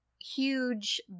huge